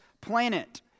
planet